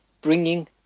bringing